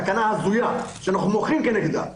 תקנה הזויה שאנחנו מוחים כנגדה,